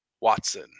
Watson